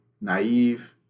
naive